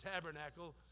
tabernacle